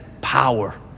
power